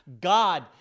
God